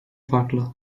farklı